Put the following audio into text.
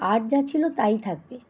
আর যা ছিল তাই থাকবে